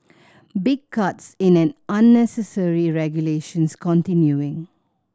big cuts in an unnecessary regulations continuing